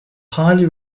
highly